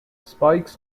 spikes